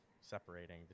separating